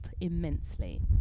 immensely